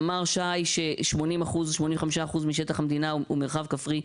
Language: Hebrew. אמר שי ש-80%, 85% משטח המדינה הוא מרחב כפרי.